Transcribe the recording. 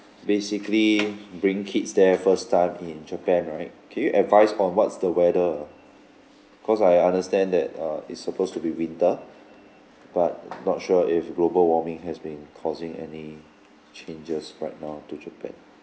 basically bring kids there first time in japan right can you advise on what's the weather ah cause I understand that uh it's supposed to be winter but not sure if global warming has been causing any changes right now to japan